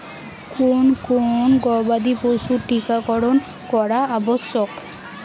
কোন কোন গবাদি পশুর টীকা করন করা আবশ্যক?